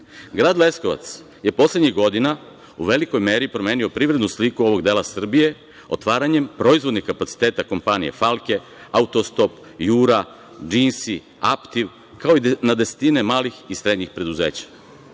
Leskovac je poslednjih godina u velikoj meri promenio privrednu sliku ovog dela Srbije, otvaranjem proizvodnih kapaciteta Kompanije "Falke", „Autostop“, „Jura“, „Džinsi“, „Aptiv“, kao i na desetine malih i srednjih preduzeća.